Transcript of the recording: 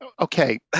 okay